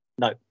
no